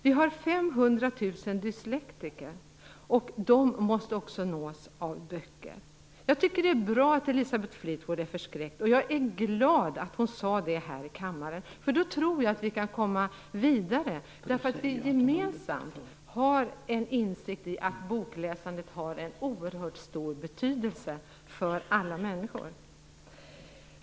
Det finns 500 000 dyslektiker, vilka också måste nås av böcker. Jag tycker att det är bra att Elisabeth Fleetwood är förskräckt, och jag är glad att hon sade det här i kammaren. Då tror jag att vi kan komma vidare, därför att vi gemensamt har en insikt om bokläsandets oerhört stora betydelse för alla människor.